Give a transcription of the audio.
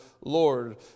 Lord